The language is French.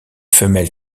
femelles